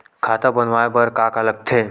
खाता बनवाय बर का का लगथे?